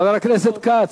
חבר הכנסת כץ.